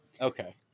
Okay